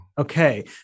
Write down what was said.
Okay